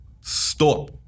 stop